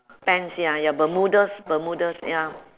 pants ya ya bermudas bermudas ya